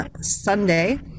Sunday